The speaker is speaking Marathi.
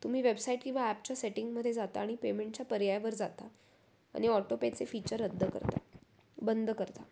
तुम्ही वेबसाईट किंवा ॲपच्या सेटिंगमध्ये जाता आणि पेमेंटच्या पर्यायावर जाता आणि ऑटोपेचे फीचर रद्द करता बंद करता